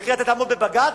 ואתה תעמוד בבג"ץ,